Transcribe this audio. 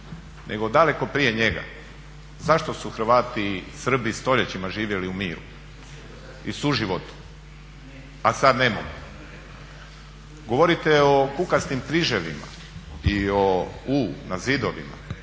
nego daleko prije njega. Zašto su Hrvati i Srbi stoljećima živjeli u miru i suživotu a sada ne mogu? Govorite o kukastim križevima i o U na zidovima,